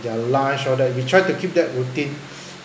their lunch all that we try to keep that routine